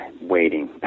waiting